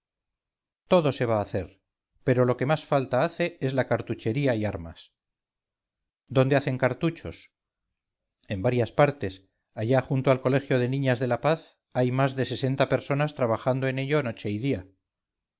todo se va a hacer pero lo que más falta hace es la cartuchería y armas dónde hacen cartuchos en varias partes allá junto al colegio de niñas de la paz hay más de sesenta personas trabajando en ello noche y día